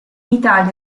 italia